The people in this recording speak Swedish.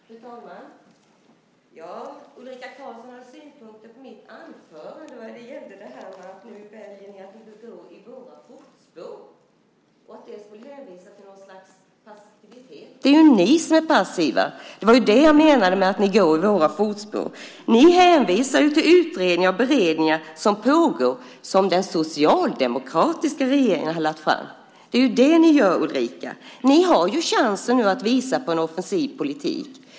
Fru talman! Ulrika Karlsson har synpunkter på mitt anförande vad gällde att ni väljer att gå i våra fotspår och att det skulle hänvisa till något slags passivitet. Det är ju ni som är passiva. Det var ju det jag menade med att ni går i våra fotspår. Ni hänvisar ju till utredningar och beredningar som pågår, som den socialdemokratiska regeringen har tillsatt. Det är ju det ni gör, Ulrika. Ni har ju chansen nu att visa på en offensiv politik.